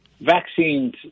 Vaccines